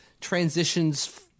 transitions